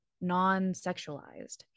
non-sexualized